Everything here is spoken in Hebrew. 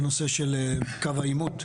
לנושא של קו העימות.